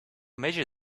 measure